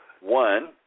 One